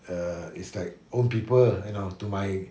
err it's like old people you know to my